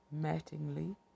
Mattingly